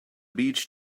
beach